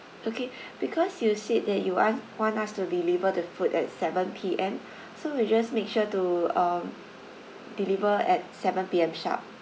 okay because you said that you want want us to deliver the food at seven P_M so we just make sure to um deliver at seven P_M sharp